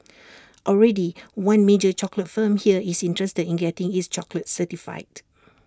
already one major chocolate firm here is interested in getting its chocolates certified